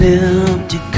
empty